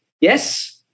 Yes